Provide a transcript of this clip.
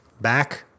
Back